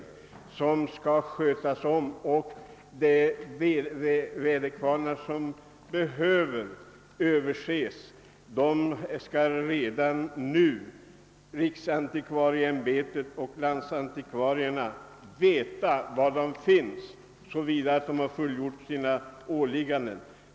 Läget av de väderkvarnar som behöver ses över vet riksantikvarieämbetet och landsantikvarierna redan nu, om de fullgjort sina åligganden.